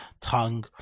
tongue